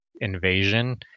invasion